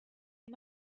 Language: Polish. nie